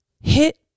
hit